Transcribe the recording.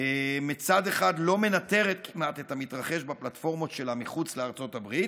מצד אחד לא מנטרת כמעט את המתרחש בפלטפורמות שלה מחוץ לארצות הברית,